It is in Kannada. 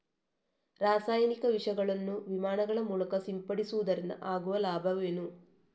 ರಾಸಾಯನಿಕ ವಿಷಗಳನ್ನು ವಿಮಾನಗಳ ಮೂಲಕ ಸಿಂಪಡಿಸುವುದರಿಂದ ಆಗುವ ಲಾಭವೇನು?